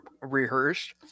rehearsed